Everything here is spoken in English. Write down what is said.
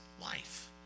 life